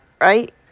right